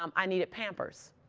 um i needed pampers.